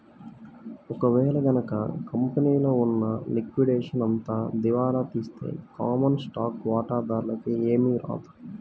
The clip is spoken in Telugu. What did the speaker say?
ఒక వేళ గనక కంపెనీలో ఉన్న లిక్విడేషన్ అంతా దివాలా తీస్తే కామన్ స్టాక్ వాటాదారులకి ఏమీ రాదు